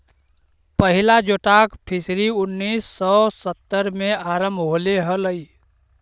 पहिला जोटाक फिशरी उन्नीस सौ सत्तर में आरंभ होले हलइ